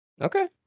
Okay